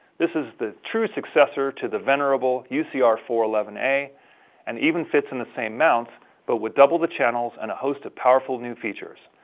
this is the true successor to the venerable u c r four one one a and even fits in the same mounts but with double the channels and a host of powerful new features.